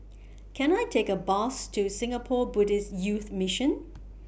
Can I Take A Bus to Singapore Buddhist Youth Mission